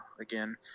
again